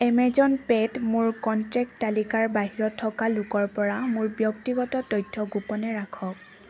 Amazon পে'ত মোৰ contact তালিকাৰ বাহিৰত থকা লোকৰ পৰা মোৰ ব্যক্তিগত তথ্য গোপনে ৰাখক